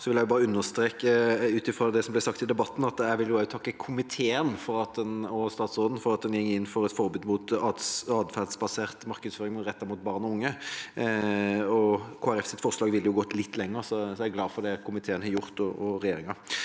jeg bare understreke, ut fra det som ble sagt i debatten, at jeg også vil takke komiteen og statsråden for at en går inn for et forbud mot adferdsbasert markedsføring rettet mot barn og unge. Kristelig Folkepartis forslag ville gått litt lenger, men jeg er glad for det komiteen og regjeringa